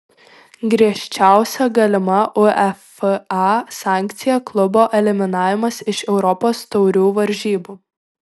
griežčiausia galima uefa sankcija klubo eliminavimas iš europos taurių varžybų